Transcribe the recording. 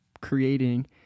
creating